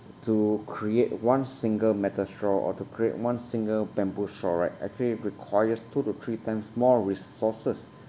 to create one single metal straw or to create one single bamboo straw right actually requires two to three times more resources